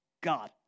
God